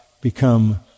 become